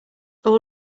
all